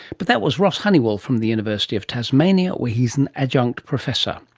but that was ross honeywill from the university of tasmania where he's an adjunct professor.